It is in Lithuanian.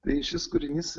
tai šis kūrinys